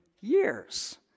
years